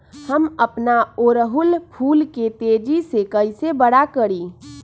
हम अपना ओरहूल फूल के तेजी से कई से बड़ा करी?